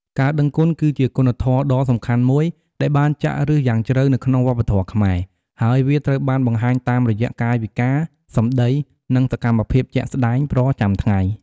ការដឹងគុណ គឺជាគុណធម៌ដ៏សំខាន់មួយដែលបានចាក់ឫសយ៉ាងជ្រៅនៅក្នុងវប្បធម៌ខ្មែរ ហើយវាត្រូវបានបង្ហាញតាមរយៈកាយវិការ សម្ដី និងសកម្មភាពជាក់ស្ដែងប្រចាំថ្ងៃ។